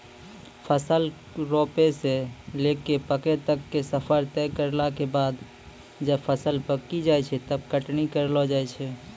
फसल रोपै स लैकॅ पकै तक के सफर तय करला के बाद जब फसल पकी जाय छै तब कटनी करलो जाय छै